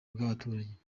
bw’abaturage